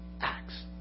acts